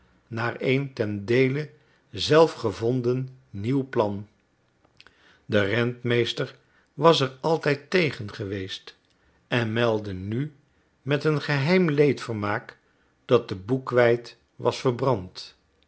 naar een ten deele zelf gevonden nieuw plan de rentmeester was er altijd tegen geweest en meldde nu met een geheim leedvermaak dat de boekweit was verbrand